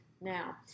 now